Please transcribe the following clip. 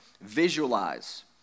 visualize